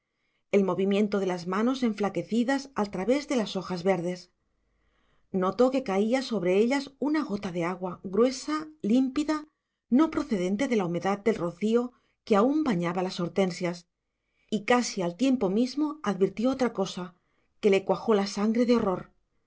el movimiento de las manos enflaquecidas al través de las hojas verdes notó que caía sobre ellas una gota de agua gruesa límpida no procedente de la humedad del rocío que aún bañaba las hortensias y casi al tiempo mismo advirtió otra cosa que le cuajó la sangre de horror